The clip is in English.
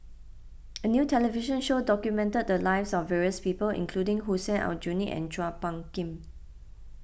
a new television show documented the lives of various people including Hussein Aljunied and Chua Phung Kim